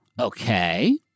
Okay